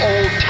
Old